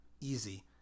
Easy